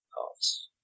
parts